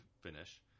finish